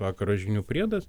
vakaro žinių priedas